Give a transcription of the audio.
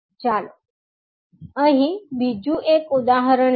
ચાલો અહીં બીજું એક ઉદાહરણ લઈએ